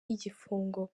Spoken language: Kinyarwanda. y’igifungo